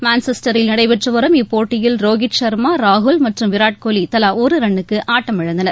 மான்செஸ்டரில் நடைபெற்று வரும் இப்போட்டியில் ரோஹித் ஷர்மா ராகுல் மற்றும் விராட் கோலி தலா ஒரு ரன்னுக்கு ஆட்டமிழந்தனர்